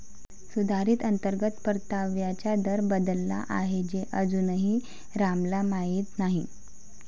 सुधारित अंतर्गत परताव्याचा दर बदलला आहे हे अजूनही रामला माहीत नाही